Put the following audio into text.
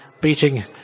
beating